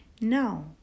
Now